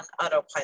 autopilot